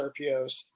RPOs